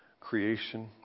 creation